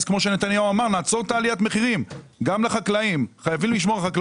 התייקרות תעריפי המים לחקלאות.